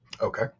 Okay